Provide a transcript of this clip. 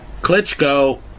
Klitschko